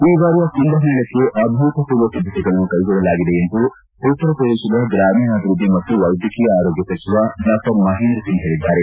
ಈ ಬಾರಿಯ ಕುಂಭಮೇಳಕ್ಕೆ ಅಭೂತಪೂರ್ವ ಸಿದ್ದತೆಗಳನ್ನು ಕ್ಲೆಗೊಳ್ಳಲಾಗಿದೆ ಎಂದು ಉತ್ತರ ಶ್ರದೇಶದ ಗ್ರಾಮೀಣಾಭಿವೃದ್ದಿ ಮತ್ತು ವೈದ್ಯಕೀಯ ಆರೋಗ್ಯ ಸಚಿವ ಡಾ ಮಹೇಂದ್ರ ಸಿಂಗ್ ಹೇಳದ್ದಾರೆ